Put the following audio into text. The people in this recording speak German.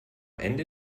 ende